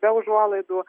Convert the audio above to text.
be užuolaidų